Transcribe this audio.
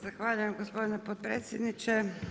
Zahvaljujem gospodin potpredsjedniče.